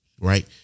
Right